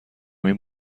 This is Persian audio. این